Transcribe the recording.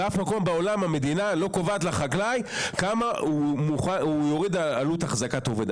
באף מקום בעולם המדינה לא קובעת לחקלאי כמה הוא יוריד עלות אחזקת עובד.